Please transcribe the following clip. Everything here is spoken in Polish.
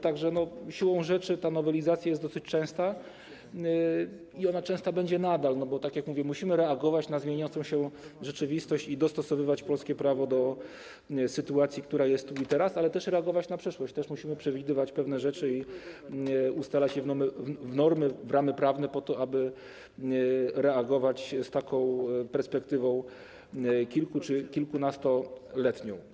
Tak że siłą rzeczy te nowelizacje są dosyć często i one często będą nadal, bo tak jak mówię, musimy reagować na zmieniającą się rzeczywistość i dostosowywać polskie prawo do sytuacji, która jest tu i teraz, ale też reagować na przyszłość, też musimy przewidywać pewne rzeczy i wpisywać je w normy, w ramy prawne po to, aby reagować z perspektywą kilku- czy kilkunastoletnią.